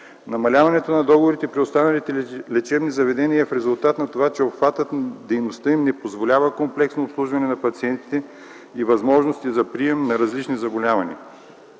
Намаляването на договорите при останалите лечебни заведения е в резултат на това, че обхватът на дейността им не позволява комплексно обслужване на пациентите и възможности за прием на различни заболявания.